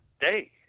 day